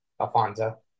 Alfonso